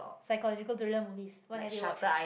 psychological thriller movies what have you watched